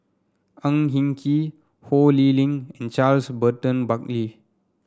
Ang Hin Kee Ho Lee Ling and Charles Burton Buckley